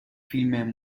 فیلم